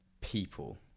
people